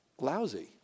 lousy